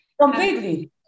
Completely